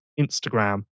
Instagram